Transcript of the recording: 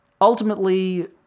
Ultimately